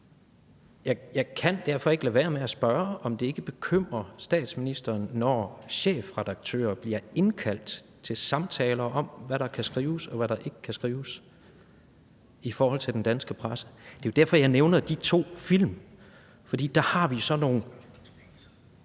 jeg kan derfor ikke lade være med at spørge, om det ikke bekymrer statsministeren, når chefredaktører bliver indkaldt til samtaler om, hvad der kan skrives, og hvad der ikke kan skrives, i forhold til den danske presse. Det er jo derfor, jeg nævner de to film. For der har vi nogle,